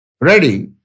ready